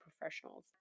professionals